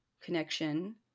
connection